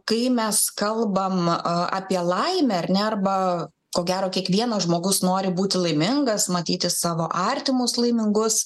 kai mes kalbam apie laimę ar ne arba ko gero kiekvienas žmogus nori būti laimingas matyti savo artimus laimingus